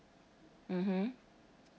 mmhmm